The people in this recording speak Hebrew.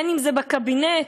אם בקבינט,